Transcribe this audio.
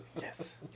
Yes